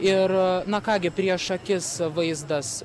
ir na ką gi prieš akis vaizdas